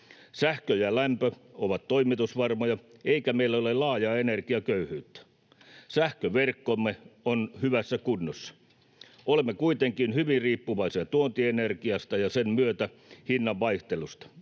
Sähkö ja lämpö ovat toimitusvarmoja, eikä meillä ole laajaa energiaköyhyyttä. Sähköverkkomme on hyvässä kunnossa. Olemme kuitenkin hyvin riippuvaisia tuontienergiasta ja sen myötä hinnanvaihteluista.